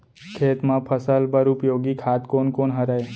खेत म फसल बर उपयोगी खाद कोन कोन हरय?